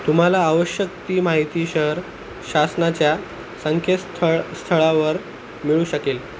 तुम्हाला आवश्यक ती माहिती शहर शासनाच्या संकेतस्थळ स्थळावर मिळू शकेल